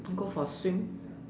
don't go for swim